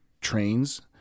trains